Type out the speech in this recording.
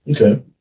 Okay